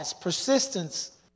persistence